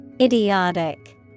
Idiotic